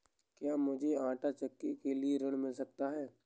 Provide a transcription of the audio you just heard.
क्या मूझे आंटा चक्की के लिए ऋण मिल सकता है?